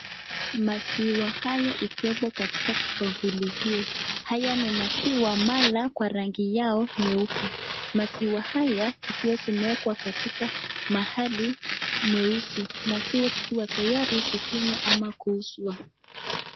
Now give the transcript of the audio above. Maziwa haya ikiwepo katika kibakuli hio. Haya ni maziwa mala kwa rangi yao nyeupe. Maziwa haya zikiwa zimeekwa katika mahali mweusi. Maziwa zikiwa tayari kukunywa ama kuuzwa.